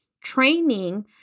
training